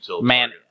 Man